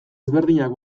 ezberdinak